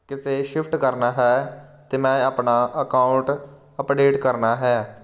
ਕਿਤੇ ਸ਼ਿਫਟ ਕਰਨਾ ਹੈ ਅਤੇ ਮੈਂ ਆਪਣਾ ਅਕਾਊਂਟ ਅਪਡੇਟ ਕਰਨਾ ਹੈ